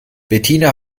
bettina